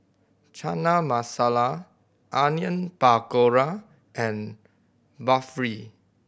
Chana Masala Onion Pakora and Barfi